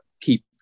keep